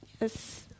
Yes